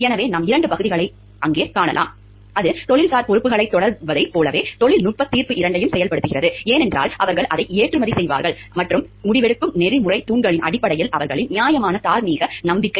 எனவே நாம் இரண்டு பகுதிகளை எங்கே காணலாம் அது தொழில்சார் பொறுப்புகளைத் தொடர்வதைப் போலவே தொழில்நுட்பத் தீர்ப்பு இரண்டையும் செயல்படுத்துகிறது ஏனென்றால் அவர்கள் அதை ஏற்றுமதி செய்பவர்கள் மற்றும் முடிவெடுக்கும் நெறிமுறைத் தூண்களின் அடிப்படையில் அவர்களின் நியாயமான தார்மீக நம்பிக்கை